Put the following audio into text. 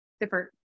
different